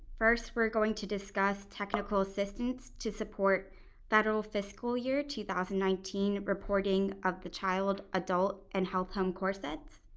first, we're going to discuss technical assistance to support federal fiscal year two thousand and nineteen reporting of the child, adult, and health home core sets.